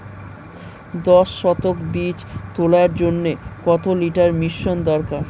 দশ শতক বীজ তলার জন্য কত লিটার মিশ্রন দরকার?